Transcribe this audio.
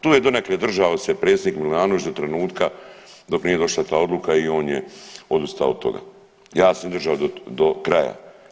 Tu je donekle se držao se predsjednik Milanović do trenutka dok nije došla ta odluka i on je odustao od toga, ja sam je držao do kraja.